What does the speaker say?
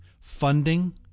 funding